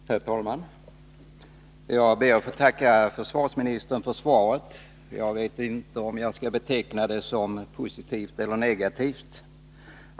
Herr talman! Jag ber att få tacka försvarsministern för svaret. Jag vet inte om jag skall beteckna det som positivt eller negativt.